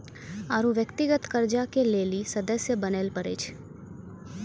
आरु व्यक्तिगत कर्जा के लेली सदस्य बने परै छै